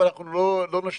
אבל אנחנו לא נשאיר,